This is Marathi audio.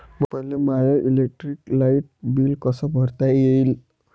मले माय इलेक्ट्रिक लाईट बिल कस भरता येईल?